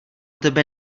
tebe